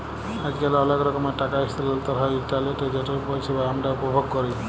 আইজকাল অলেক রকমের টাকা ইসথালাল্তর হ্যয় ইলটারলেটে যেটর পরিষেবা আমরা উপভোগ ক্যরি